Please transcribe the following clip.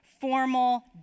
formal